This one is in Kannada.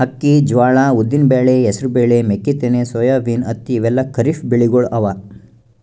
ಅಕ್ಕಿ, ಜ್ವಾಳಾ, ಉದ್ದಿನ್ ಬ್ಯಾಳಿ, ಹೆಸರ್ ಬ್ಯಾಳಿ, ಮೆಕ್ಕಿತೆನಿ, ಸೋಯಾಬೀನ್, ಹತ್ತಿ ಇವೆಲ್ಲ ಖರೀಫ್ ಬೆಳಿಗೊಳ್ ಅವಾ